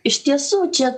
iš tiesų čia